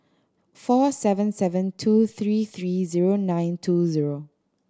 four seven seven two three three zero nine two zero